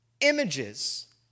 images